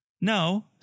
No